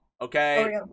Okay